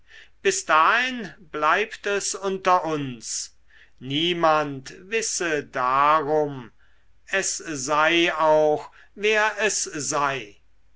bis dahin bleibt es unter uns niemand wisse darum es sei auch wer es sei